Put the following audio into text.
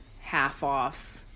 half-off